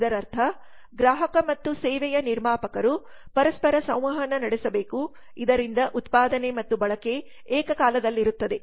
ಇದರರ್ಥ ಗ್ರಾಹಕ ಮತ್ತು ಸೇವೆಯ ನಿರ್ಮಾಪಕರು ಪರಸ್ಪರ ಸಂವಹನ ನಡೆಸಬೇಕು ಇದರಿಂದ ಉತ್ಪಾದನೆ ಮತ್ತು ಬಳಕೆ ಏಕಕಾಲದಲ್ಲಿರುತ್ತದೆ